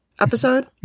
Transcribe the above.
episode